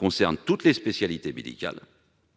-concerne toutes les spécialités médicales,